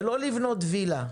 זה לא לבנות וילה.